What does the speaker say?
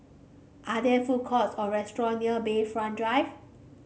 are there food courts or restaurant near Bayfront Drive